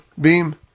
Beam